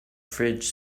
fridge